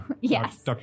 yes